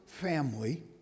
family